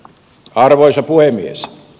arvoisa puhemies